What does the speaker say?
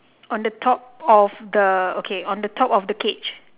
on the top of the okay on the top of the cage